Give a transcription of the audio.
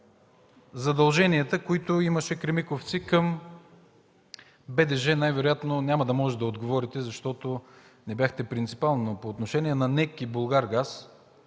задълженията, които имаше „Кремиковци”. Към БДЖ най-вероятно няма да можете да отговорите, защото не бяхте принципал, но по отношение на НЕК и „Булгаргаз”,